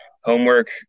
homework